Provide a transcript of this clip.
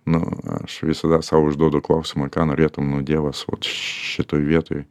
nu aš visada sau užduodu klausimą ką norėtų nu dievas vot šitoj vietoj